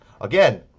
again